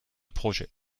projet